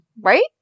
right